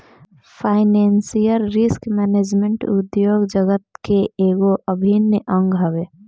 financial risk management उद्योग जगत के एगो अभिन्न अंग हवे